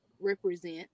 represent